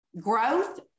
growth